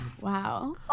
Wow